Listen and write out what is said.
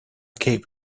cape